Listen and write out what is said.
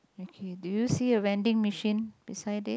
okay do you see a vending machine beside it